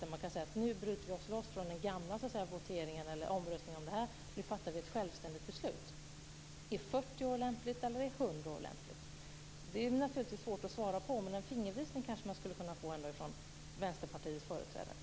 Kan man då säga att man bryter sig loss från den gamla omröstningen och fattar ett självständigt beslut? Är 40 år lämpligt, eller är 100 år lämpligt? Det är naturligtvis svårt att svara på. Men en fingervisning kanske man ändå skulle kunna få från